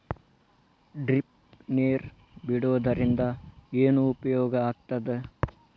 Drip ನೇರ್ ಬಿಡುವುದರಿಂದ ಏನು ಉಪಯೋಗ ಆಗ್ತದ?